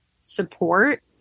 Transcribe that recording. support